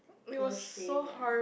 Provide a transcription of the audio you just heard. close shave eh